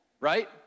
right